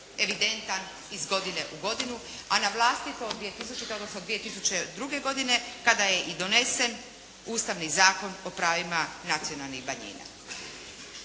evidentan iz godine u godinu a na vlasti od 2000. odnosno 2002. godine kada je i donesen Ustavni zakon o pravima nacionalnih manjina.